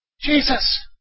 Jesus